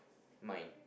mine